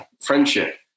Friendship